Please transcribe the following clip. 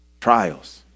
trials